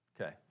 Okay